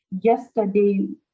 yesterday